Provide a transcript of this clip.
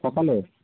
সকালে